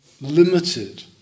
limited